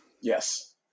Yes